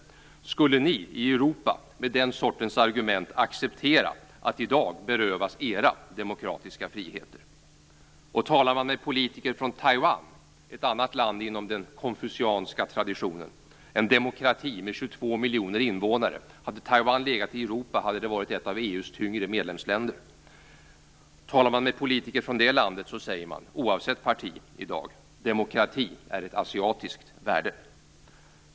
Skulle ni i Europa med den sortens argument acceptera att i dag berövas era demokratiska friheter? Taiwan är ett annat land inom den konfucianska traditionen - en demokrati med 22 miljoner invånare. Hade Taiwan legat i Europa hade det varit ett av EU:s tyngre medlemsländer. Talar man med politiker från det landet säger de i dag, oavsett parti, att demokrati är ett asiatiskt värde.